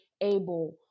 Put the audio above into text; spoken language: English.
able